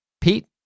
Pete